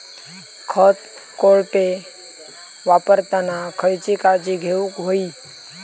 खत कोळपे वापरताना खयची काळजी घेऊक व्हयी?